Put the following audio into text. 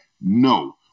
No